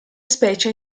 specie